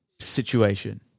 situation